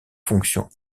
fonctions